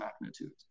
magnitude